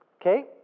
okay